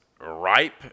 ripe